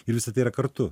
ir visa tai yra kartu